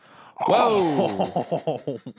Whoa